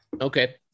Okay